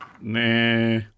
Nah